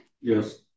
Yes